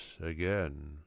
again